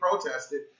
protested